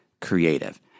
creative